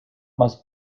must